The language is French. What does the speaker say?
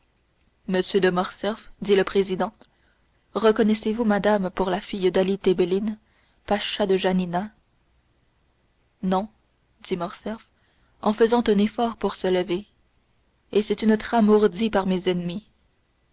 de morcerf dit le président reconnaissez-vous madame pour la fille dali tebelin pacha de janina non dit morcerf en faisant un effort pour se lever et c'est une trame ourdie par mes ennemis